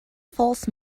false